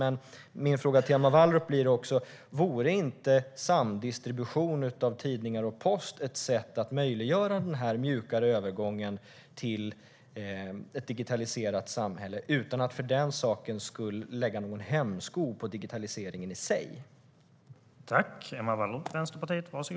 Min fråga till Emma Wallrup blir också: Vore inte samdistribution av tidningar och post ett sätt att möjliggöra den mjukare övergången till ett digitaliserat samhälle, utan att för den sakens skull lägga någon hämsko på digitaliseringen i sig?